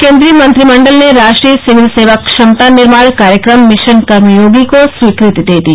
केन्द्रीय मंत्रिमंडल ने राष्ट्रीय सिविल सेवा क्षमता निर्माण कार्यक्रम मिशन कर्मयोगी को स्वीकृति दी